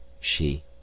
She